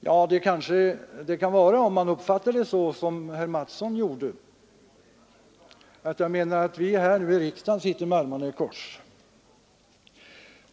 Ja, det var det kanske, om man uppfattade orden så som herr Mattsson tydligen gjorde, nämligen att jag menade att vi här i riksdagen sitter med armarna i kors.